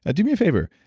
ah do me a favor.